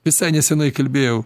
visai nesenai kalbėjau